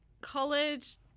college